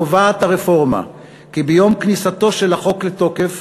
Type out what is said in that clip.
קובעת הרפורמה כי ביום כניסתו של החוק לתוקף